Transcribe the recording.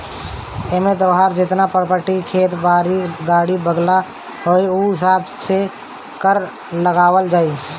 एमे तोहार जेतना प्रापर्टी खेत बारी, गाड़ी बंगला होई उ हिसाब से कर लगावल जाई